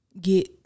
get